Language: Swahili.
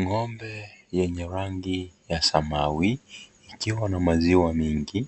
Ng'ombe yenye rangi ya samawi ikiwa na maziwa mingi